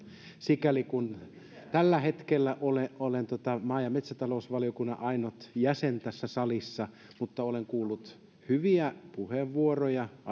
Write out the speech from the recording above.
sikäli kuin tällä hetkellä olen maa ja metsätalousvaliokunnan ainut jäsen tässä salissa mutta olen kuullut hyviä puheenvuoroja